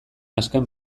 azken